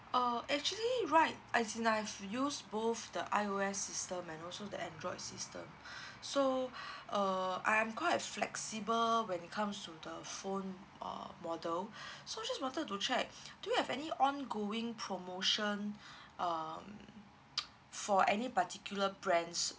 uh actually right as in I've used both the I_O_S system and also the android system so uh I'm quite flexible when it comes to the phone uh model so just wanted to check do you have any ongoing promotion um for any particular brands